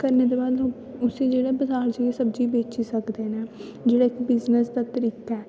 करने दे बाद लोक उस्सी जेह्ड़ा बजार जाइयै सब्जी गी बेची सकदे न जेह्ड़ा इक बिजनस दा तरीका ऐ